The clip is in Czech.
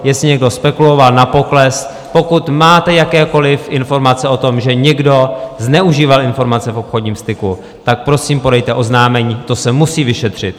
Jestli někdo spekuloval na pokles, pokud máte jakékoliv informace o tom, že někdo zneužíval informace v obchodním styku, tak prosím podejte oznámení, to se musí vyšetřit.